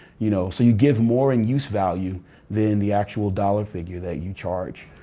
you know so you give more in use value than the actual dollar figure that you charge.